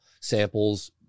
samples